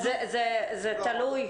זה תלוי.